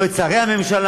לא את שרי הממשלה.